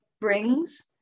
brings